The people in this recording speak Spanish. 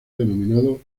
denominado